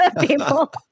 people